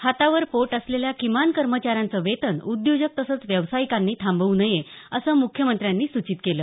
हातावर पोट असलेल्या किमान कर्मचाऱ्यांचं वेतन उद्योजक तसंच व्यावसायिकांनी थांबव् नये असं मुख्यमंत्र्यांनी सूचित केलं